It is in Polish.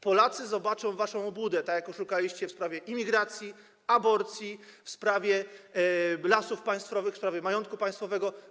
Polacy zobaczą waszą obłudę, tak jak oszukaliście w sprawie imigracji, aborcji, w sprawie Lasów Państwowych, w sprawie majątku państwowego.